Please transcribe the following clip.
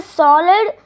solid